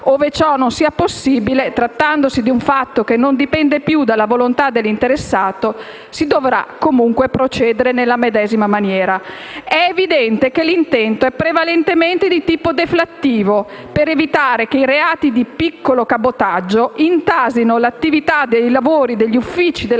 Ove ciò non sia possibile, trattandosi di un fatto che non dipende più dalla volontà dell'interessato, si dovrà comunque procedere nella medesima maniera. È evidente che l'intento è prevalentemente di tipo deflattivo, per evitare che i reati di piccolo cabotaggio intasino l'attività dei lavori degli uffici della